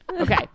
Okay